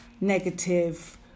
negative